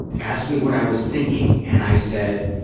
asked me what i was thinking. and i said,